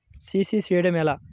CC చేయడము ఎలా?